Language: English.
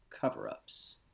cover-ups